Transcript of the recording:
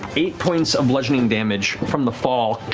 eight points of bludgeoning damage from the fall,